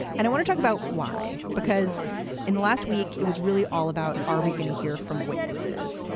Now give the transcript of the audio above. and i want to talk about why, because in the last week, it was really all about. are we going to hear from witnesses?